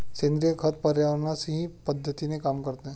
सेंद्रिय खत पर्यावरणस्नेही पद्धतीने काम करते